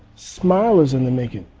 smiles is in the making.